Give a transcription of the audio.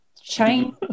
change